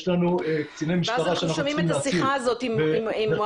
יש לנו קציני משטרה --- ואז אנחנו שומעים את השיחה הזאת עם ופאא